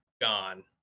gone